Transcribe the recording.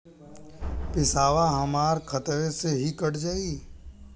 पेसावा हमरा खतवे से ही कट जाई?